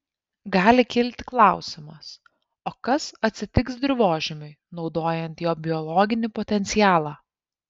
gali kilti klausimas o kas atsitiks dirvožemiui naudojant jo biologinį potencialą